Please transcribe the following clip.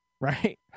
Right